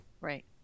Right